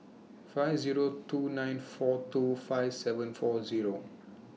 five Zero two nine four two five seven four Zero